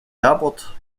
herbert